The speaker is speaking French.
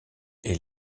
est